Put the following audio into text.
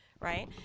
right